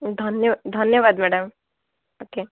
ଧନ୍ୟ ଧନ୍ୟବାଦ madam okay